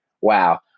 wow